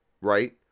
right